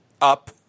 Up